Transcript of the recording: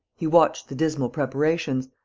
he watched the dismal preparations,